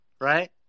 right